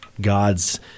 God's